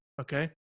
Okay